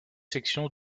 section